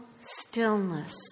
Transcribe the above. stillness